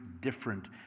different